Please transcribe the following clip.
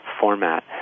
format